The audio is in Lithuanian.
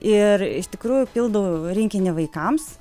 ir iš tikrųjų pildau rinkinį vaikams